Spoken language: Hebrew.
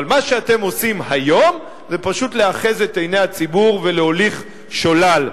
אבל מה שאתם עושים היום זה פשוט לאחז את עיני הציבור ולהוליך שולל,